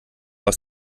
aus